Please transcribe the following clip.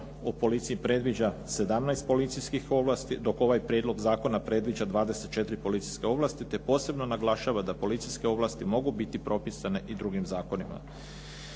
o policijski predviđa 17 policijskih ovlasti dok ovaj prijedlog zakona predviđa 24 policijske ovlasti te posebno naglašava da policijske ovlasti mogu biti propisane i drugim zakonima.